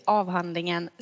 avhandlingen